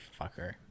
fucker